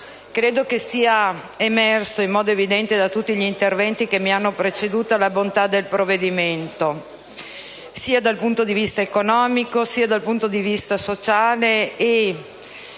credo che sia emersa in modo evidente da tutti gli interventi che mi hanno preceduto la bontà del provvedimento, sia dal punto di vista economico, sia dal punto di vista sociale